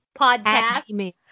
podcast